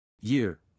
Year